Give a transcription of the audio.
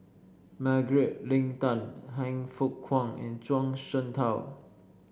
Margaret Leng Tan Han Fook Kwang and Zhuang Shengtao